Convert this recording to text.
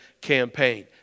campaign